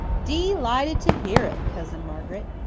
de-lighted to hear it, cousin margaret.